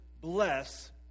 bless